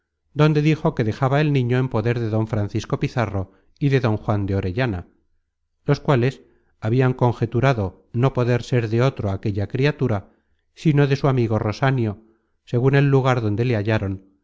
donde dijo que dejaba el niño en poder de don francisco pizarro y de don juan de orellana los cuales habian conjeturado no poder ser de otro aquella criatura sino de su amigo rosanio segun el lugar donde le hallaron